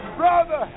brother